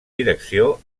direcció